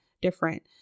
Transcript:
different